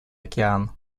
океан